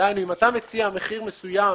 דהיינו, אם אתה מציע מחיר מסוים